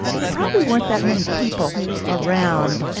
there probably weren't that many people around.